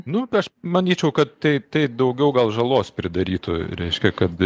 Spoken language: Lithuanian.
na aš manyčiau kad taip tai daugiau gal žalos pridarytų reiškia kad